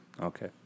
Okay